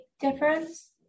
difference